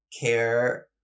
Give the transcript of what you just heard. care